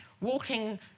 walking